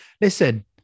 listen